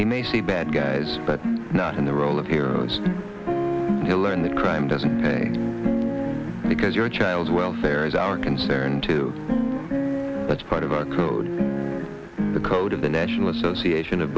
you may see bad guys but not in the role of here to learn the crime doesn't pay because your child's welfare is our concern too that's part of our code the code of the national association of